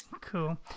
Cool